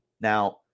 Now